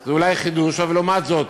זה אולי חידוש, אבל לעומת זאת,